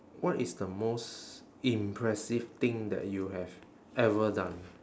what is the most impressive thing that you have ever done